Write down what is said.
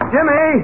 Jimmy